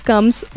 comes